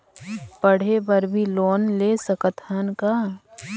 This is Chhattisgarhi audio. पढ़े बर भी लोन ले सकत हन का?